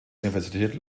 universität